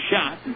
shot